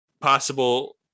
possible